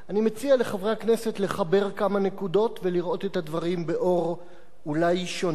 אני מציע לחברי הכנסת לחבר כמה נקודות ולראות את הדברים באור אולי שונה.